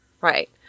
right